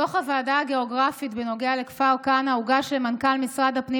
דוח הוועדה הגיאוגרפית בנוגע לכפר כנא הוגש למנכ"ל משרד הפנים